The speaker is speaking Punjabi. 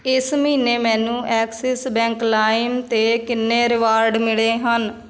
ਇਸ ਮਹੀਨੇ ਮੈਨੂੰ ਐਕਸਿਸ ਬੈਂਕ ਲਾਇਮ 'ਤੇ ਕਿੰਨੇ ਰਿਵਾਰਡ ਮਿਲੇ ਹਨ